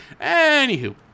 Anywho